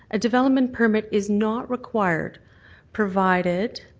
a development permit is not required provided